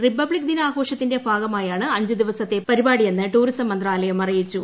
republic ദിനാഘോഷത്തിന്റെ ഭാഗമാണ് അഞ്ച് ദിവസത്തെ പരിപാടിയെന്ന് ടൂറിസം മന്ത്രാലയം അറിയിച്ചു